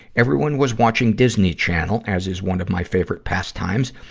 everyone was watching disney channel, as is one of my favorite pastimes.